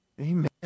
Amen